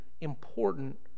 important